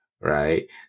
Right